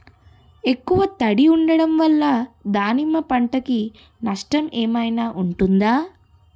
ఎక్కువ తడి ఉండడం వల్ల దానిమ్మ పంట కి నష్టం ఏమైనా ఉంటుందా?